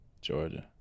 Georgia